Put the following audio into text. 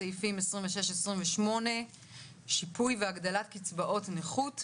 סעיפים 26 28 (שיפוי והגדלת קצבאות נכות),